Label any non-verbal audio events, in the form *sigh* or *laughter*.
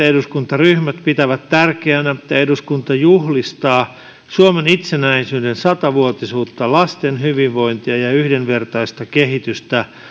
*unintelligible* eduskuntaryhmät pitävät tärkeänä että eduskunta juhlistaa suomen itsenäisyyden satavuotisuutta lasten hyvinvointia ja yhdenvertaista kehitystä